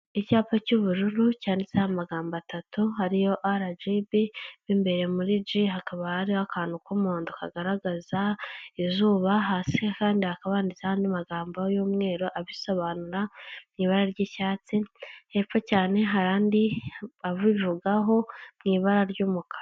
Icyapa cy'ubururu cyanditseho amagambo atatu, ariyo RGB mo imbere muri "G" hakaba hariho akantu k'umuhodo kagaragaza izuba; hasi kandi hakaba handitse andi magambo y'umweru abisobanura mu ibara ry'icyatsi, hepfo cyane hari andi abivugaho mu ibara ry'umukara.